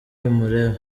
bimureba